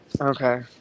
Okay